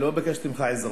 אני לא ביקשתי ממך עזרה.